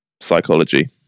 Psychology